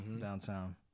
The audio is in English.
downtown